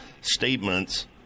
statements